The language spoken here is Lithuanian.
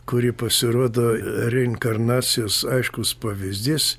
kuri pasirodo reinkarnacijos aiškus pavyzdys